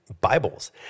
Bibles